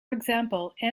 example